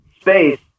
space